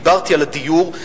דיברתי על הדיור.